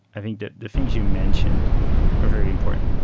i think that the things you mentioned are very important.